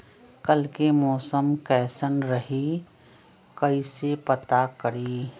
कल के मौसम कैसन रही कई से पता करी?